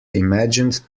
imagined